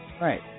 Right